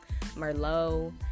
merlot